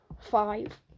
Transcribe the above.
five